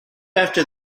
after